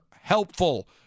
helpful